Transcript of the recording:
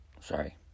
Sorry